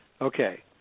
okay